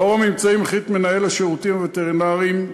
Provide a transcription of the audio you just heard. לאור הממצאים החליט מנהל השירותים הווטרינריים כדלהלן: